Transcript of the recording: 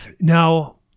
now